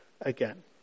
again